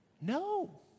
No